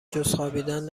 جزخوابیدن